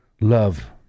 Love